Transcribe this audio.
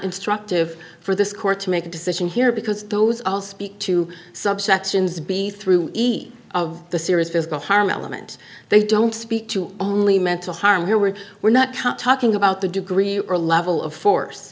instructive for this court to make a decision here because those i'll speak to subsections b through each of the series does not harm element they don't speak to only mental harm here we're we're not talking about the degree or level of force